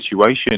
situation